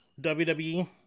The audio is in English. WWE